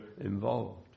involved